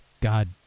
God